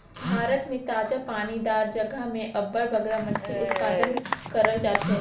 भारत में ताजा पानी दार जगहा में अब्बड़ बगरा मछरी उत्पादन करल जाथे